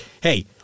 hey